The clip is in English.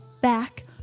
back